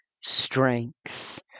strength